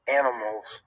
animals